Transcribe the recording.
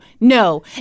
no